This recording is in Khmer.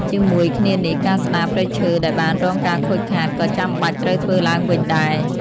ជាមួយគ្នានេះ ការស្ដារព្រៃឈើដែលបានរងការខូចខាត ក៏ចាំបាច់ត្រូវធ្វើឡើងវិញដែរ។